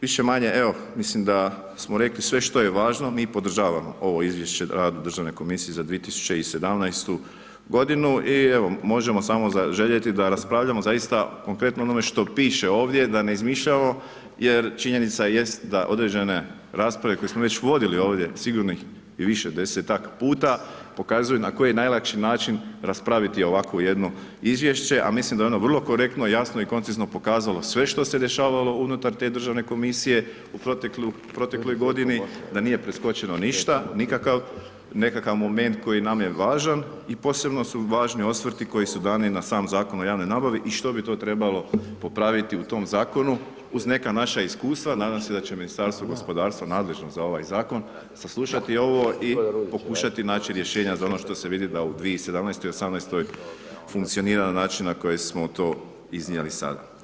Više-manje, evo, mislim da smo rekli sve što je važno, mi podržavamo ovo izvješće Državne komisije za 2017.g. i evo, možemo samo zaželjeti da raspravljamo zaista konkretno o onome što piše ovdje da ne izmišljamo jer činjenica jest da određene rasprave koje smo već vodili ovdje sigurnih i više desetak puta, pokazuju na koji najlakši način raspraviti ovako jedno izvješće, a mislim da je ono vrlo korektno, jasno i koncizno pokazalo sve što se dešavalo unutar te Državne komisije u protekloj godini, da nije preskočeno ništa, nikakav nekakav moment koji nam je važan i posebno su važni osvrti koji su dani na sam Zakon o javnoj nabavi i što bi to trebalo popraviti u tom zakonu uz neka naša iskustva, nadam se da će Ministarstvo gospodarstva nadležno za ovaj zakon saslušati ovo i pokušati naći rješenja za ono što se vidi da u 2017. i 2018. funkcionira na način na koji smo to iznijeli sada.